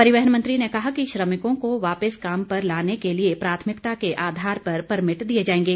परिवहन मंत्री ने कहा कि श्रमिकों को वापिस काम पर लाने के लिए प्राथमिकता के आधार पर परमिट दिए जाएंगे